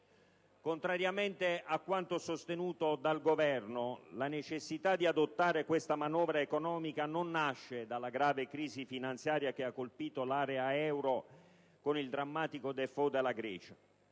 Contrariamente a quanto sostenuto dal Governo, la necessità di adottare questa manovra economica non nasce dalla grave crisi finanziaria che ha colpito l'area euro con il drammatico *default* della Grecia